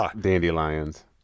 dandelions